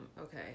okay